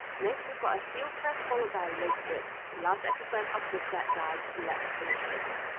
next we've got a heel press followed by a leg lift last exercise of the set guys, let's finish this